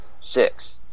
six